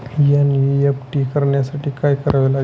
NEFT करण्यासाठी काय करावे लागते?